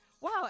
Wow